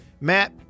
Matt